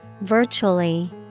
Virtually